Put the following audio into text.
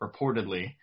reportedly